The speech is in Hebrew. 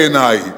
בעיני,